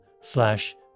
slash